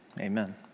amen